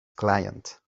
client